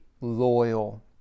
loyal